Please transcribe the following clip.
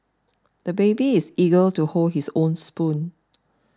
the baby is eager to hold his own spoon